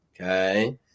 Okay